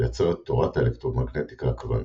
ויצר את תורת האלקטרודינמיקה הקוונטית.